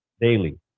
daily